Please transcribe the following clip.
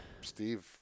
Steve